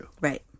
Right